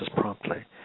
promptly